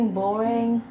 boring